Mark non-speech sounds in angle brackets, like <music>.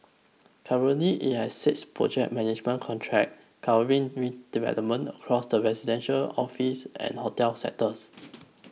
currently it has six project management contracts covering <unintelligible> developments across the residential office and hotel sectors